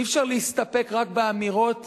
אי-אפשר להסתפק רק באמירות